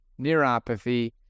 neuropathy